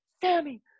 Sammy